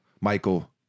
Michael